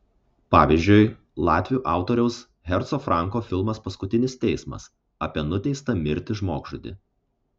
pavyzdžiui latvių autoriaus herco franko filmas paskutinis teismas apie nuteistą mirti žmogžudį